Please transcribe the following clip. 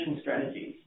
strategies